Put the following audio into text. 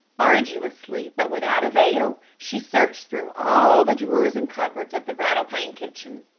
arduously, but without avail, she searched through all the drawers and cupboards of the rattle-pane kitchen.